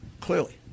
clearly